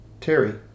terry